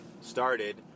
started